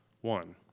one